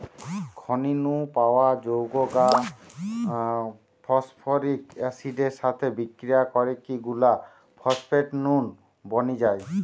খনি নু পাওয়া যৌগ গা ফস্ফরিক অ্যাসিড এর সাথে বিক্রিয়া করিকি গুলা ফস্ফেট নুন বনি যায়